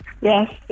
Yes